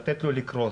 לתת לו לקרוס.